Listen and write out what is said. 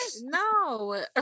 No